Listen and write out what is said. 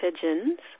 pigeons